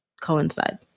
coincide